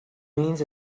means